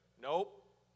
Nope